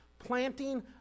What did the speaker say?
planting